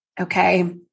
Okay